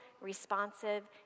responsive